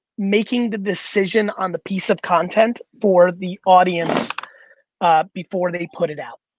making the decision on the piece of content for the audience before they put it out,